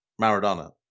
Maradona